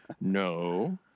No